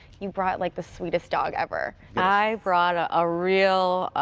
you brought like the sweetest dog ever. i brought a ah real